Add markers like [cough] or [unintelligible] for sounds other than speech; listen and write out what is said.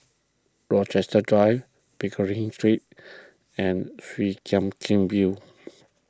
Rochester Drive Pickering Street and Chwee Chian [unintelligible] View [noise]